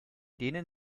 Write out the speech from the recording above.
denen